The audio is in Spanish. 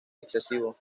excesivo